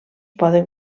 poden